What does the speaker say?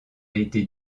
été